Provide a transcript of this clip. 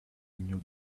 new